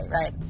right